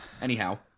Anyhow